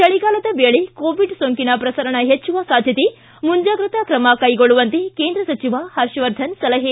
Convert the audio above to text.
ಚಳಿಗಾಲದ ವೇಳೆ ಕೋವಿಡ್ ಸೋಂಕಿನ ಪ್ರಸರಣ ಹೆಚ್ಚುವ ಸಾಧ್ಯತೆ ಮುಂಜಾಗ್ರತಾ ಕ್ರಮ ಕೈಗೊಳ್ಳುವಂತೆ ಕೇಂದ್ರ ಸಚಿವ ಹರ್ಷವರ್ಧನ್ ಸಲಹೆ